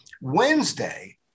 Wednesday